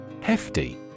Hefty